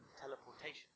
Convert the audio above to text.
teleportation